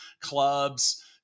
clubs